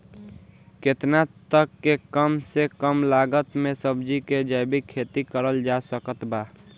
केतना तक के कम से कम लागत मे सब्जी के जैविक खेती करल जा सकत बा?